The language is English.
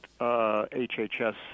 HHS